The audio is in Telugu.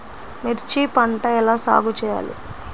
మిర్చి పంట ఎలా సాగు చేయాలి?